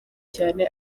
cyane